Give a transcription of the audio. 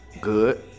good